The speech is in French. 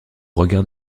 regard